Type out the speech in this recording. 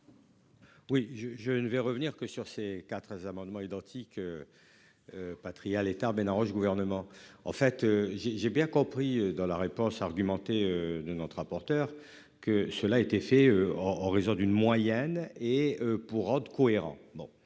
Oui je, je ne vais revenir que sur ces quatre amendements identiques. Patriat l'État ben arrange gouvernement en fait j'ai j'ai bien compris, dans la réponse argumentée de notre rapporteur que cela a été fait en, en raison d'une moyenne et pour rendre cohérent. Bon,